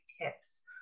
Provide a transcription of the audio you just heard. tips